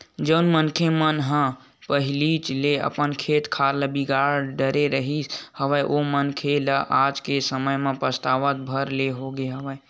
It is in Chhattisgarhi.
जउन मनखे मन ह पहिलीच ले अपन खेत खार ल बिगाड़ डरे रिहिस हवय ओ मनखे मन ल आज के समे म पछतावत भर ले होगे हवय